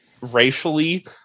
racially